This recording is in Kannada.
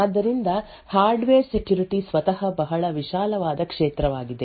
ಆದ್ದರಿಂದ ಹಾರ್ಡ್ವೇರ್ ಸೆಕ್ಯುರಿಟಿ ಸ್ವತಃ ಬಹಳ ವಿಶಾಲವಾದ ಕ್ಷೇತ್ರವಾಗಿದೆ